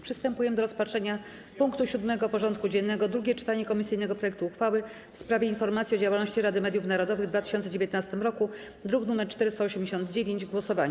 Przystępujemy do rozpatrzenia punktu 7. porządku dziennego: Drugie czytanie komisyjnego projektu uchwały w sprawie informacji o działalności Rady Mediów Narodowych w 2019 roku (druk nr 489) - głosowania.